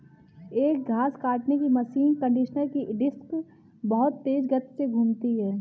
एक घास काटने की मशीन कंडीशनर की डिस्क बहुत तेज गति से घूमती है